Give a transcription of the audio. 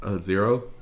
Zero